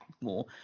more